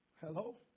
Hello